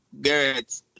Garrett